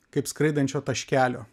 kaip skraidančio taškelio